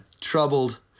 troubled